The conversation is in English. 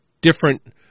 different